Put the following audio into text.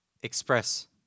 express